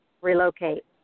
relocate